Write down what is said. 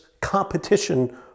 competition